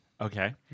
Okay